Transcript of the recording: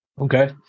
Okay